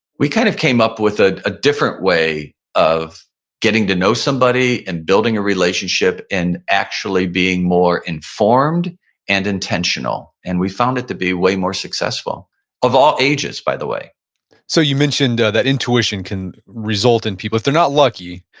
we kind of came up with ah a different way of getting to know somebody and building a relationship and actually being more informed and intentional, and we found it to be way more successful of all ages, by the way so you mentioned that intuition can result in people if they're not lucky,